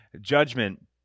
judgment